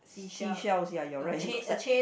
seashells ya you're right looks like